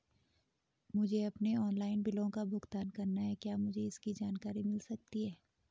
मुझे अपने ऑनलाइन बिलों का भुगतान करना है क्या मुझे इसकी जानकारी मिल सकती है?